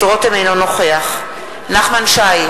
אינו נוכח נחמן שי,